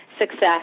success